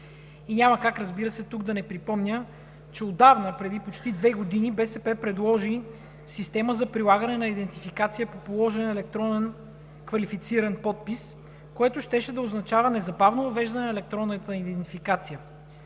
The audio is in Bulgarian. Няма как, разбира се, тук да не припомня, че отдавна – преди почти две години, БСП предложи система за прилагане на идентификация по положен електронен квалифициран подпис, което щеше да означава незабавно въвеждане на електронната идентификация.